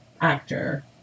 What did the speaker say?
actor